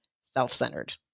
self-centered